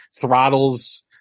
throttles